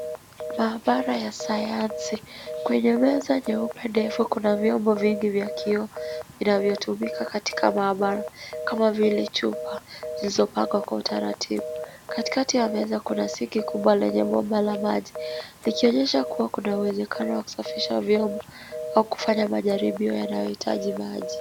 Maabara ya sayansi. Kwenye meza nyeupe ndefu kuna vyombo vingi vya kioo vinavyotumika katika maabara kama vile chupa zilizopangwa kwa utaratibu. Katikati ya meza kuna sinki kubwa lenye bomba la maji likionyesha kuwa kuna uwezekano wa kusafisha vyombo au kufanya majaribio yanayohitaji maji.